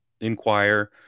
inquire